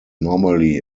normally